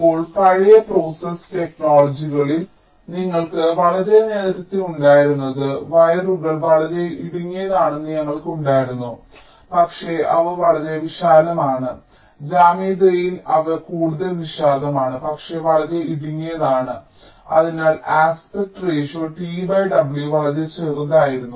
ഇപ്പോൾ പഴയ പ്രോസസ്സ് ടെക്നോളജികളിൽ നിങ്ങൾക്ക് വളരെ നേരത്തെ ഉണ്ടായിരുന്നത് വയറുകൾ വളരെ ഇടുങ്ങിയതാണെന്ന് ഞങ്ങൾക്ക് ഉണ്ടായിരുന്നു പക്ഷേ അവ വളരെ വിശാലമാണ് ജ്യാമിതിയിൽ അവ കൂടുതൽ വിശാലമാണ് പക്ഷേ വളരെ ഇടുങ്ങിയതാണ് അതിനാൽ ആസ്പെക്ട് റെഷിയോ t w വളരെ ചെറുതായിരുന്നു